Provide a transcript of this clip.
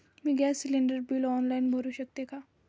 मी gas cylinder bill online भरु शकते का?